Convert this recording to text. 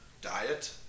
diet